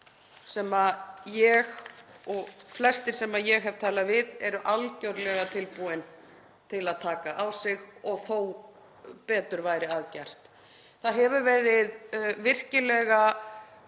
sem ég og flestir sem ég hef talað við eru algerlega tilbúnir til að taka á sig og þótt betur væri að gert. Það hefur verið virkilega